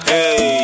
Hey